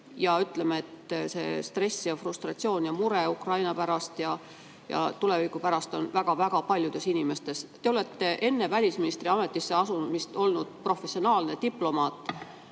ja see stress ja frustratsioon ja mure Ukraina pärast ja tuleviku pärast on väga-väga paljudes inimestes. Te olete enne välisministriametisse asumist olnud professionaalne diplomaat.